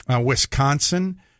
Wisconsin